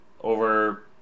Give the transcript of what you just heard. over